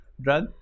drug